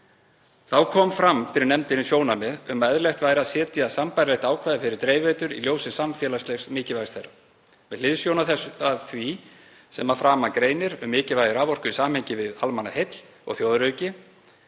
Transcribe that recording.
Þá kom fram fyrir nefndinni sjónarmið um að eðlilegt væri að setja sambærilegt ákvæði fyrir dreifiveitur í ljósi samfélagslegs mikilvægis þeirra. Með hliðsjón af því sem að framan greinir um mikilvægi raforku í samhengi við almannaheill og þjóðaröryggi